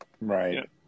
Right